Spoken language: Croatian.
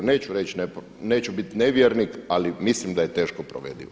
Neću reći neću biti nevjernik, ali mislim da je teško povredivo.